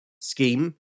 scheme